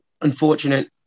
unfortunate